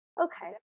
okay